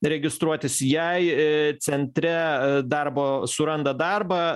registruotis jei centre darbo suranda darbą